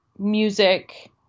music